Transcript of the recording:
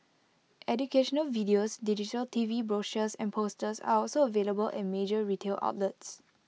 educational videos digital T V brochures and posters are also available at major retail outlets